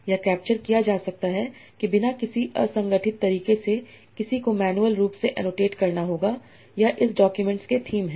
यह कैप्चर किया जा सकता है कि बिना किसी असंगठित तरीके से किसी को मैन्युअल रूप से एनोटेट करना होगा यह इस डॉक्यूमेंट्स के थीम हैं